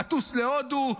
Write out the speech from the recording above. לטוס להודו,